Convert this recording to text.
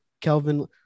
Kelvin